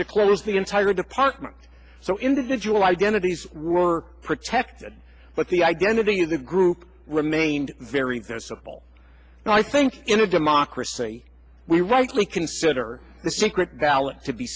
to close the entire department so individual identities were protected but the identity of the group remained very noticeable and i think in a democracy we rightly consider the secret ballot to be